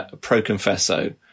pro-confesso